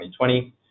2020